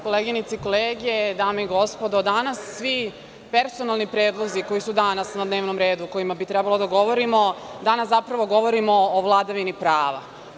Koleginice i kolege, dame i gospodo, danas svi personalni predlozi koji su danas na dnevnom redu o kojima bi trebalo da govorimo, danas zapravo govorimo o vladavini prava.